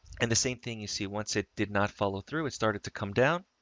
and the same thing you see once it did not follow through, it started to come down.